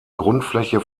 grundfläche